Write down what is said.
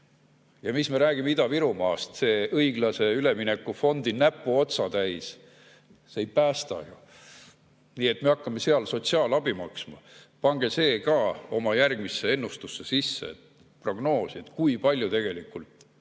Ja mis veel rääkida Ida-Virumaast?! See õiglase ülemineku fondi näpuotsatäis ei päästa ju, nii et me hakkame seal sotsiaalabi maksma. Pange see ka oma järgmisse ennustusse sisse, prognoosige, kui palju tegelikult